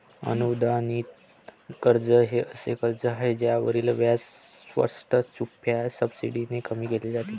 अनुदानित कर्ज हे असे कर्ज आहे ज्यावरील व्याज स्पष्ट, छुप्या सबसिडीने कमी केले जाते